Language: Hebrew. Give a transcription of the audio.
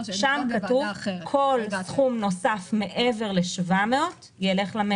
כל סכום נוסף מעבר ל-700 מיליון שקל ילך למטרו.